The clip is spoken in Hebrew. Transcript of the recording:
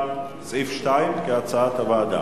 סעיף 2, כהצעת הוועדה.